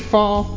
Fall